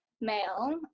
male